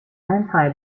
anti